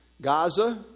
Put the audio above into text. Gaza